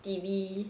T_V